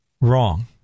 wrong